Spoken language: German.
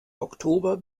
oktober